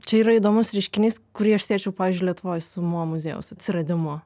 čia yra įdomus reiškinys kurį aš siečiau pavyzdžiui lietuvoje su mo muziejaus atsiradimu